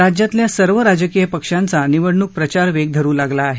राज्यातल्या सर्व राजकीय पक्षांचा निवडणूक प्रचारही वेग धरु लागला आहे